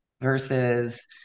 versus